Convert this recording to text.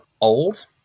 old